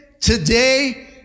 today